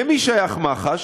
למי שייך מח"ש?